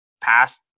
past